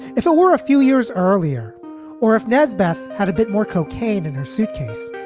if it were a few years earlier or if nas beth had a bit more cocaine in her suitcase.